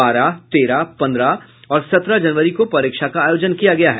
बारह तेरह पन्द्रह और सत्रह जनवरी को परीक्षा का आयोजन किया गया है